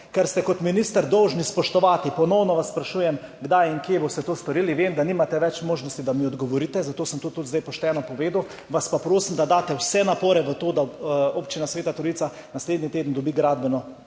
kar ste kot minister dolžni spoštovati. Ponovno vas sprašujem: Kdaj in kje boste to storili? Vem, da nimate več možnosti, da mi odgovorite, zato sem to tudi zdaj pošteno povedal. Vas pa prosim, da daste vse napore v to, da Občina Sveta Trojica naslednji teden dobi gradbeno